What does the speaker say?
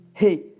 hey